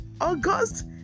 August